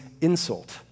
insult